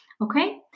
Okay